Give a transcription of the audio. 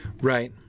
Right